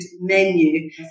menu